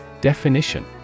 Definition